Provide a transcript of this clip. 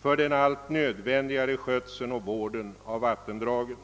för den allt nödvändigare skötseln och vården av vattendragen.